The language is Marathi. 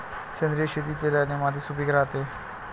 सेंद्रिय शेती केल्याने माती सुपीक राहते